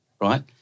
right